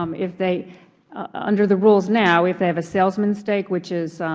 um if they under the rules now, if they have a salesman stake, which is,